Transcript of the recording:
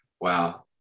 wow